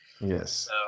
Yes